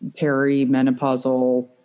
perimenopausal